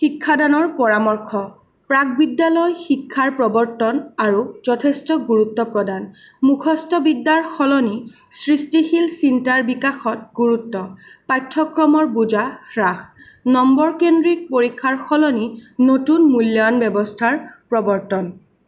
শিক্ষাদানৰ পৰামৰ্শ প্ৰাক বিদ্যালয় শিক্ষাৰ প্ৰৱৰ্তন আৰু যথেষ্ট গুৰুত্ব প্ৰদান মুখস্থ বিদ্যাৰ সলনি সৃষ্টিশীল চিন্তাৰ বিকাশত গুৰুত্ব পাঠ্যক্ৰমৰ বোজা হ্ৰাস নম্বৰ কেন্দ্ৰিক পৰীক্ষাৰ সলনি নতুন মূল্যায়ন ব্যৱস্থাৰ প্ৰৱৰ্তন